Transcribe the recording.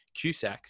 Cusack